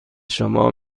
شما